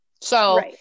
So-